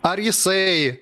ar jisai